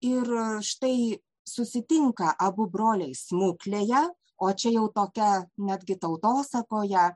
ir štai susitinka abu broliai smuklėje o čia jau tokią netgi tautosakoje